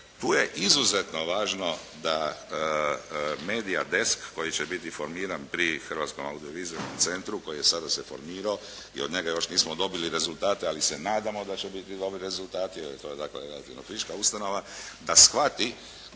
Tu je izuzetno važno da "MEDIA Desk" koji će biti formiran pri Hrvatskom audio-vizualnom centru koji je sada se formirao i od njega još nismo dobili rezultate ali se nadamo da će biti dobri rezultati jer je to dakle relativno friška ustanova da shvati